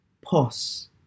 pause